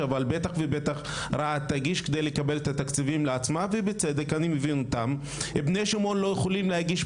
אבל מוסכם על כולם שבן גוריון מובילה בתחומי הנדסה,